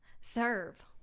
Serve